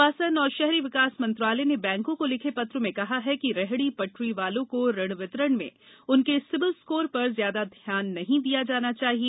आवासन और शहरी विकास मंत्रालय ने बैंकों को लिखे पत्र में कहा है कि रेहड़ी पटरी वालों को ऋण वितरण में उनके सिबिल स्कोर पर ज्यादा ध्यान नहीं दिया जाना चाहिए